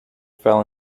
fell